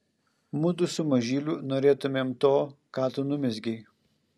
mudu su mažyliu norėtumėm to ką tu numezgei